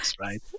right